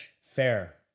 Fair